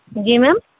جی میم